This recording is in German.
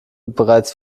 bereits